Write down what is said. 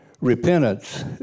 repentance